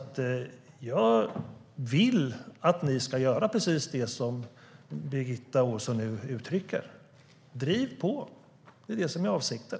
Jag vill att ni ska göra precis det som Birgitta Ohlsson nu uttrycker. Driv på! Det är vad som är avsikten.